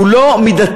הוא לא מידתי,